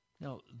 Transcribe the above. Now